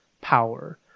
power